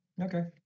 Okay